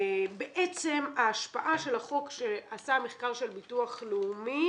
בעצם, ההשפעה של המחקר שעשה הביטוח הלאומי